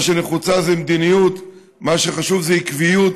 מה שנחוץ זה מדיניות, מה שחשוב זה עקביות,